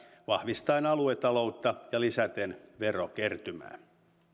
vahvistaen aluetaloutta ja lisäten verokertymää